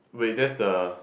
wait that's the